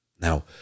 Now